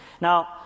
Now